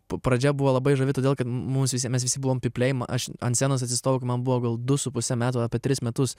pradžia buvo labai žavi todėl kad mums visi mes visi buvom pypliai aš ant scenos atsistojau kai man buvo gal du su puse metų apie tris metus